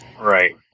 Right